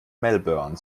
melbourne